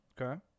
Okay